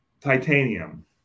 Titanium